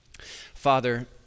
Father